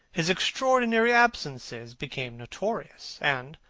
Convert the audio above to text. his extraordinary absences became notorious, and,